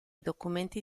documenti